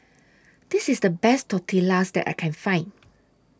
This IS The Best Tortillas that I Can Find